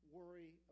worry